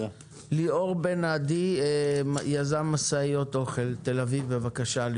ליאור בן עדי, יזם משאיות אוכל בתל אביב, בבקשה.